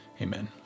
amen